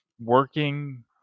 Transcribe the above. working